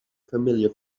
familiar